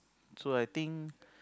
so I think